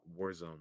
Warzone